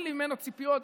אין לי ממנו ציפיות.